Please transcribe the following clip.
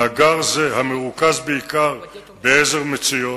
מאגר זה, המרוכז בעיקר ב"עזר מציון",